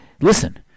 listen